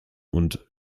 und